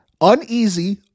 uneasy